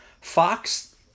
Fox